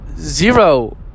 zero